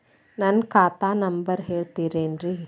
ನನ್ನ ಖಾತಾ ನಂಬರ್ ಹೇಳ್ತಿರೇನ್ರಿ?